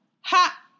Ha